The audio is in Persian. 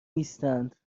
نیستند